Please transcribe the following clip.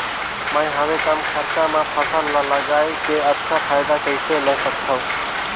मैं हवे कम खरचा मा फसल ला लगई के अच्छा फायदा कइसे ला सकथव?